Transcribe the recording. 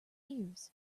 ears